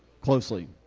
Closely